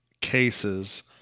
cases